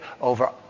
over